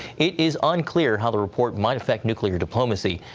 it is unclear how the report might affect nuclear diplomacy.